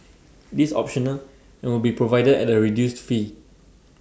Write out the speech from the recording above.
this optional and will be provided at A reduced fee